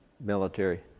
military